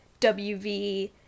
WV